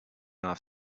off